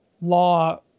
law